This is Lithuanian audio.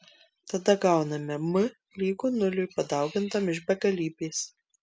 tada gauname m lygu nuliui padaugintam iš begalybės